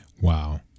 Wow